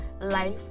life